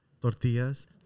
tortillas